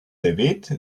devet